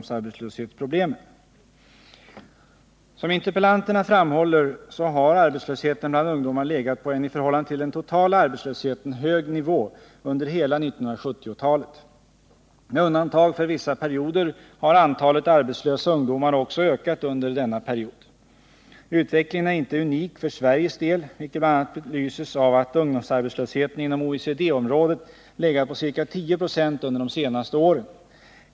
Som interpellanterna framhåller har arbetslösheten bland ungdomar legat på en i förhållande till den totala arbetslösheten hög nivå under hela 1970 talet. Med undantag för vissa perioder har antalet arbetslösa ungdomar också ökat under denna period. Utvecklingen är inte unik för Sveriges del, vilket bl.a. belyses av att ungdomsarbetslösheten inom OECD-området legat på ca 10 96 under de senaste åren.